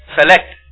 select